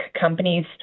companies